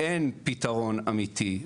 אין פתרון אמיתי,